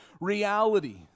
reality